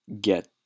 get